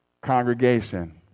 Congregation